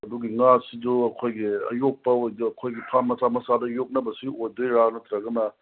ꯑꯗꯨꯒꯤ ꯉꯥꯁꯤꯁꯨ ꯑꯩꯈꯣꯏꯒꯤ ꯑꯌꯣꯛꯄ ꯐꯥꯝ ꯃꯆꯥ ꯃꯆꯥꯗꯨ ꯌꯣꯛꯅꯕꯁꯨ ꯑꯣꯏꯗꯣꯏꯔꯥ ꯅꯠꯇ꯭ꯔꯒꯅ